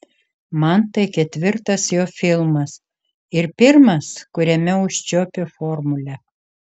man tai ketvirtas jo filmas ir pirmas kuriame užčiuopiu formulę